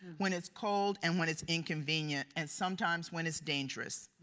when it's cold, and when it's inconvenient, and sometimes when it's dangerous.